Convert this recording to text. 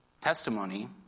testimony